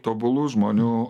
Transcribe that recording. tobulų žmonių